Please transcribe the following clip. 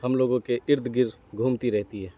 ہم لوگوں کے ارد گرد گھومتی رہتی ہے